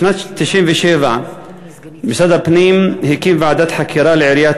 בשנת 1997 משרד הפנים הקים ועדת חקירה לעיריית